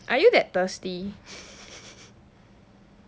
are you that thirsty